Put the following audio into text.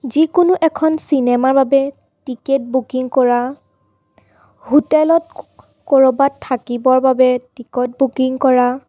যিকোনো এখন চিনেমাৰ বাবে টিকেট বুকিং কৰা হোটেলত ক'ৰবাত থাকিবৰ বাবে টিকট বুকিং কৰা